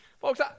Folks